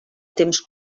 temps